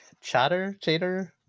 Chatter-Chater-